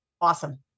Awesome